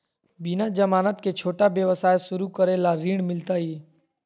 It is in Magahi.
बिना जमानत के, छोटा व्यवसाय शुरू करे ला ऋण मिलतई?